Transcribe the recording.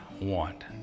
want